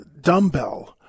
dumbbell